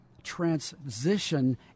Transition